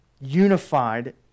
unified